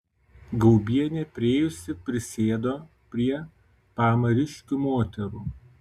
gaubienė priėjusi prisėdo prie pamariškių moterų